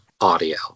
audio